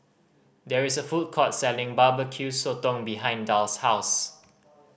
there is a food court selling Barbecue Sotong behind Darl's house